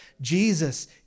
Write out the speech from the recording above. Jesus